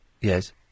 Yes